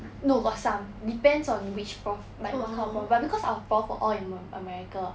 no got some depends on which prof like what kind of prof but because our prof all in america